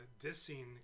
dissing